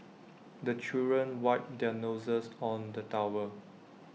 the children wipe their noses on the towel